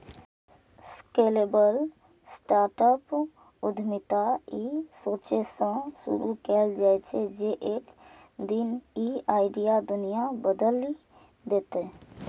scalable startup उद्यमिता ई सोचसं शुरू कैल जाइ छै, जे एक दिन ई आइडिया दुनिया बदलि देतै